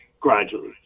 gradually